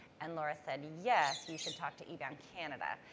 and laura said, yes, you should talk to ebound canada.